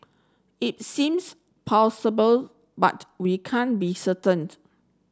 it seems but we can't be